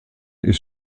ist